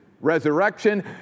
resurrection